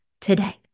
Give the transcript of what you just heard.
today